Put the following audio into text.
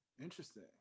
Interesting